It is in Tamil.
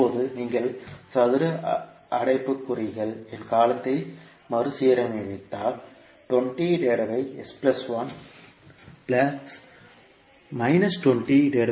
இப்போது நீங்கள் சதுர அடைப்புக்குறிக்குள் காலத்தை மறுசீரமைத்தால் இருக்கும்